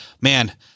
man